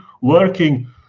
working